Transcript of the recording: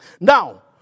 Now